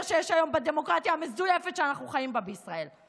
שיש היום בדמוקרטיה המזויפת שאנחנו חיים בה בישראל.